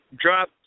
drop